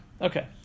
Okay